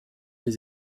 les